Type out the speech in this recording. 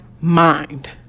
mind